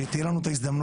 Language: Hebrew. שתהיה לנו את ההזדמנות,